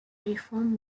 reform